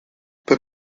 that